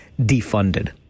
defunded